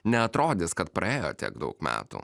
neatrodys kad praėjo tiek daug metų